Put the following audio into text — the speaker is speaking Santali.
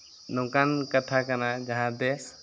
ᱱᱚᱝᱠᱟᱱ ᱠᱟᱛᱷᱟ ᱠᱟᱱᱟ ᱡᱟᱦᱟᱸ ᱵᱮᱥ